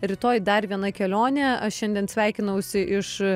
rytoj dar viena kelionė aš šiandien sveikinausi iš